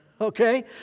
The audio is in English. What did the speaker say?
okay